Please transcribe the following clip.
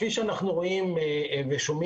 כפי שאנחנו רואים ושומעים,